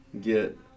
get